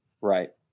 Right